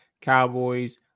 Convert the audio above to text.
Cowboys